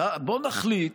בוא נחליט